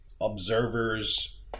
observers